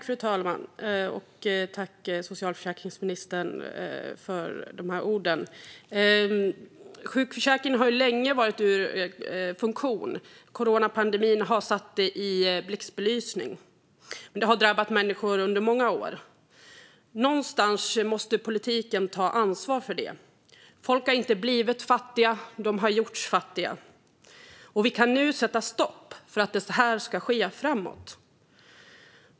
Fru talman! Jag tackar socialförsäkringsministern för de här orden. Sjukförsäkringen har länge varit ur funktion. Coronapandemin har satt detta i blixtbelysning, men det har drabbat människor under många år. Någonstans måste politiken ta ansvar för det. Folk har inte blivit fattiga. De har gjorts fattiga. Vi kan nu sätta stopp för att det här ska ske framöver.